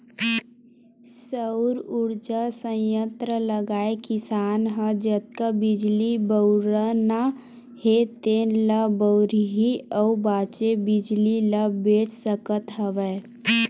सउर उरजा संयत्र लगाए किसान ह जतका बिजली बउरना हे तेन ल बउरही अउ बाचे बिजली ल बेच सकत हवय